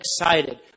excited